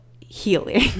healing